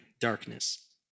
darkness